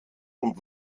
und